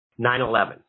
9-11